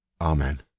Amen